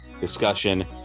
discussion